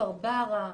כפר ברא,